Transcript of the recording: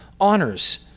honors